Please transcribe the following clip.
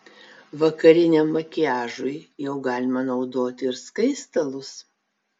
vakariniam makiažui jau galima naudoti ir skaistalus